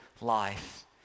life